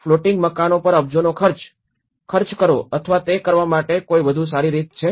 floating મકાનો પર અબજોનો ખર્ચ ખર્ચ કરવો અથવા તે કરવા માટે કોઈ વધુ સારી રીત છે